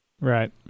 Right